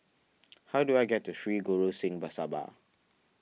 how do I get to Sri Guru Singh